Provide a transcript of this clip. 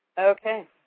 Okay